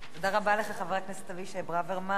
תודה רבה לחבר הכנסת אבישי ברוורמן.